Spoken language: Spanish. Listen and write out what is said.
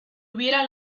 hubiera